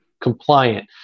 compliant